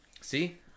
See